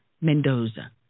Mendoza